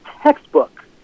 textbook